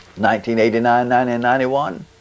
1989-1991